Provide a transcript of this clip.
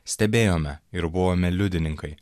stebėjome ir buvome liudininkai